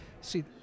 see